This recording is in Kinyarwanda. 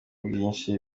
bwinshi